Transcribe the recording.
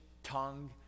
tongue